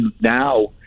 now